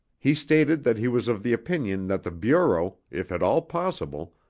he stated that he was of the opinion that the bureau, if at all possible,